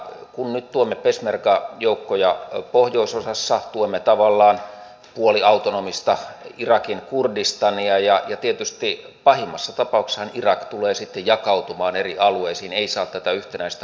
nyt tuemme peshmerga joukkoja pohjoisosassa tuemme tavallaan puoliautonomista irakin kurdistania ja tietysti pahimmassa tapauksessahan irak tulee sitten jakautumaan eri alueisiin eli ei saa tätä yhteinäistä hallintoa kuntoon